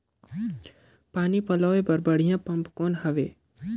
पानी पलोय बर बढ़िया पम्प कौन हवय?